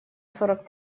сорок